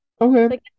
Okay